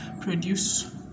produce